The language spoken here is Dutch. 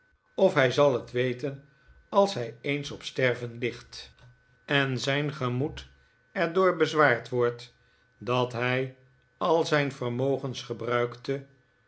of hij zal het weten rosa dartle in razernij als hij eens op sterven ligt en zijn gemoed er door bezwaard wordt dat hij al zijn vermogens gebruikte